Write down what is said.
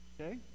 okay